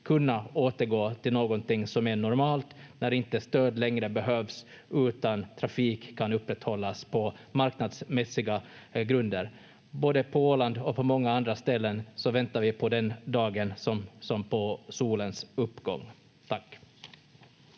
kunna återgå till någonting som är normalt när inte stöd längre behövs utan trafik kan upprätthållas på marknadsmässiga grunder. Både på Åland och på många andra ställen väntar vi på den dagen som på solens uppgång. — Tack.